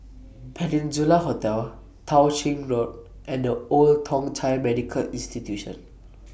Peninsula Hotel Tao Ching Road and The Old Thong Chai Medical Institution